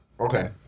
Okay